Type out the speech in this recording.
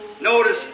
Notice